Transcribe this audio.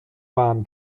wahren